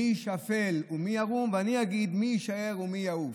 מי ישפל ומי ירום, ואני אגיד: מי יישאר ומי יעוף.